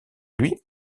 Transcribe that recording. lui